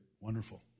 Wonderful